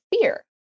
fear